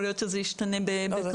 יכול להיות שזה ישתנה בקרוב.